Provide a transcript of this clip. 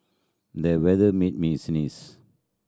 the weather made me sneeze